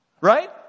Right